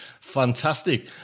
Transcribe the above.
fantastic